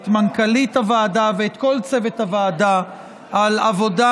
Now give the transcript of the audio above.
את מנכ"לית הוועדה ואת כל צוות הוועדה על עבודה